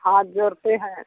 हाथ जोड़ते हैं